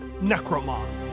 Necromon